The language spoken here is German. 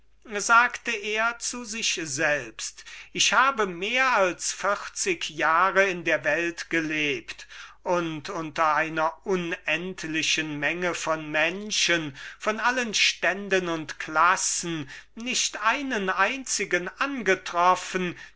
sagte er zu sich selbst ein umstand der ihm selten begegnete ich habe mehr als vierzig jahre in der welt gelebt und unter einer unendlichen menge von menschen von allen ständen und klassen nicht einen einzigen angetroffen